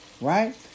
right